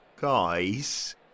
guys